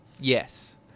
Yes